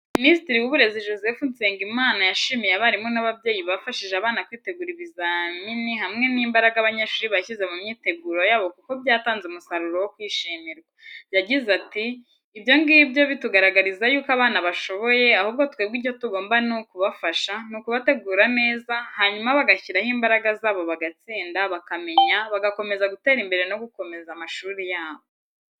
Minisitiri w’Uburezi Joseph Nsengimana yashimiye abarimu n’ababyeyi bafashije abana kwitegura ibizamini hamwe n’imbaraga abanyeshuri bashyize mu myiteguro yabo kuko byatanze umusaruro wo kwishimirwa. Yagize ati: "Ibyo ngibyo bitugaragariza y’uko abana bashoboye, ahubwo twebwe icyo tugomba ni kubafasha, ni ukubategura neza, hanyuma bagashyiramo imbaraga zabo bagatsinda, bakamenya, bagakomeza gutera imbere no gukomeza amashuri yabo."